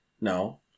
No